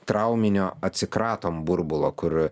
trauminio atsikratom burbulo kur